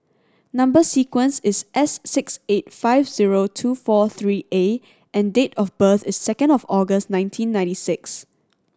number sequence is S six eight five zero two four three A and date of birth is second of August nineteen ninety six